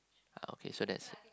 okay so that's it